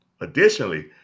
Additionally